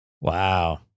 Wow